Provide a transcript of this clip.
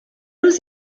روز